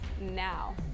now